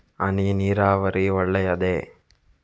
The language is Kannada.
ಹನಿ ನೀರಾವರಿ ಒಳ್ಳೆಯದೇ?